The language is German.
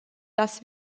dass